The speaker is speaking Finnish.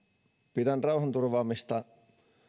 pidän rauhanturvaamista